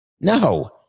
No